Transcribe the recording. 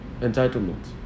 Entitlement